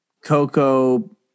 cocoa